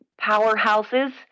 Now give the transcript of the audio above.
powerhouses